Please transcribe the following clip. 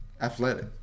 athletic